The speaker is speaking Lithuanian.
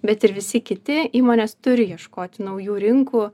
bet ir visi kiti įmonės turi ieškoti naujų rinkų